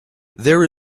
there